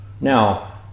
Now